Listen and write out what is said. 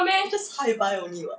just hi bye only [what]